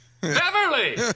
Beverly